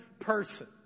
person